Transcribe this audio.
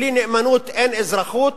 בלי נאמנות אין אזרחות.